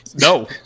No